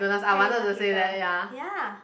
telemarketer ya